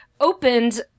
opened